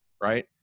right